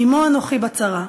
"עמו אנכי בצרה"